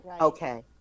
Okay